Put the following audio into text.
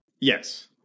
Yes